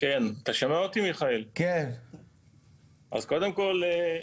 קודם כל,